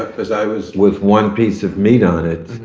but because i was, with one piece of meat on it,